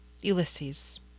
Ulysses